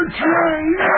train